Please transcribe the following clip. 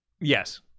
Yes